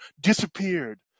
disappeared